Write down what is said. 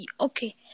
Okay